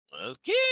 Okay